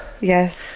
Yes